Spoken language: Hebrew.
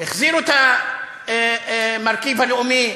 החזירו את המרכיב הלאומי,